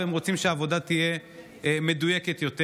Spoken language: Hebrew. והם רוצים שהעבודה תהיה מדויקת יותר.